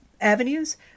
avenues